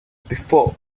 before